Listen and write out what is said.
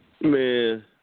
Man